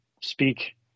speak